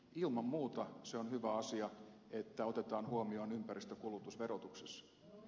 ilman muuta se on hyvä asia että otetaan huomioon ympäristökulutus verotuksessa